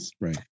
Right